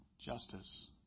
justice